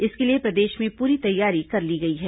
इसके लिए प्रदेश में पूरी तैयारी कर ली गई है